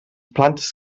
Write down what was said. plantes